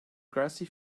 grassy